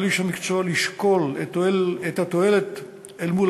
על איש המקצוע לשקול את התועלת אל מול